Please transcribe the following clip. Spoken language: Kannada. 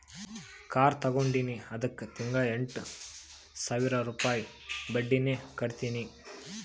ಕಾರ್ ತಗೊಂಡಿನಿ ಅದ್ದುಕ್ ತಿಂಗಳಾ ಎಂಟ್ ಸಾವಿರ ರುಪಾಯಿ ಬಡ್ಡಿನೆ ಕಟ್ಟತಿನಿ